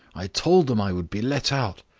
i told them i would be let out.